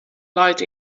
leit